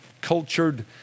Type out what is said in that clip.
cultured